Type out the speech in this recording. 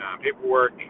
paperwork